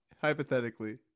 Hypothetically